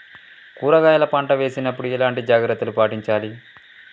కూరగాయల పంట వేసినప్పుడు ఎలాంటి జాగ్రత్తలు పాటించాలి?